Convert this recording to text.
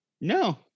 No